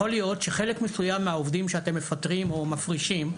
יכול להיות שחלק מסוים מהעובדים שאתם מפטרים או מפרישים,